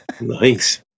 Nice